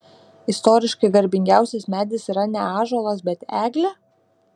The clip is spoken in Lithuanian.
istoriškai garbingiausias medis yra ne ąžuolas bet eglė